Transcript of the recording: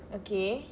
okay